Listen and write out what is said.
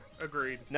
Agreed